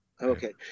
okay